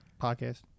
podcast